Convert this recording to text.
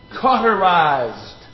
cauterized